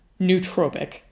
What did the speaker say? nootropic